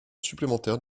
supplémentaire